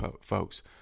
folks